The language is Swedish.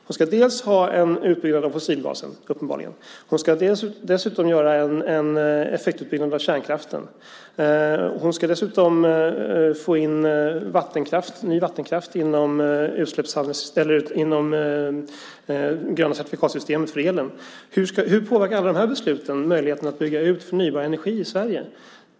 Hon ska dels ha en utbyggnad av fossilgasen, dels göra en effektutbyggnad av kärnkraften och dels få in ny vattenkraft inom det gröna certifikatsystemet för elen. Hur påverkar alla de besluten möjligheten att bygga förnybar energi i Sverige?